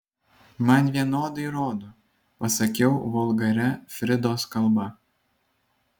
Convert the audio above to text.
man vienodai rodo pasakiau vulgaria fridos kalba